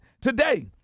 Today